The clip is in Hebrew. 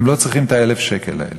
הם לא צריכים את 1,000 השקל האלה.